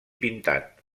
pintat